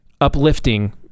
uplifting